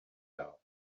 out